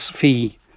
fee